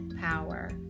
power